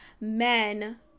men